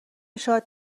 شاد